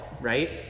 right